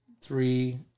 three